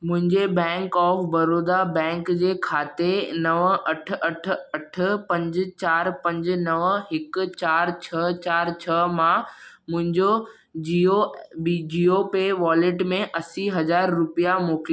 मुंहिंजे bank of Baroda bank जे ख़ाते नव अठ अठ अठ पंज चारि पंज नव हिकु चारि छह चारि छह मां मुंहिंजो जीओ बि जीओ पे वॉलेट में असीं हज़ार रुपिया मोकिलियो